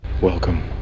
welcome